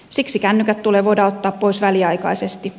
siksi kännykät tulee voida ottaa pois väliaikaisesti